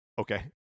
Okay